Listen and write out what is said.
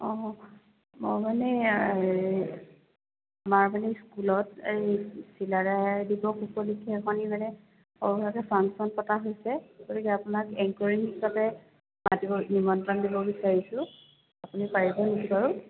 অঁ মই মানে এ আমাৰ মানে স্কুলত এই চিলাৰায় দিৱস উপলক্ষে এখনি মানে সৰু সুৰাকৈ ফাঞ্চন পতা হৈছে গতিকে আপোনাক এংকৰিং হিচাপে মাতিব নিমন্ত্ৰণ দিব বিচাৰিছোঁ আপুনি পাৰিব নেকি বাৰু